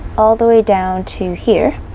all the way down to here,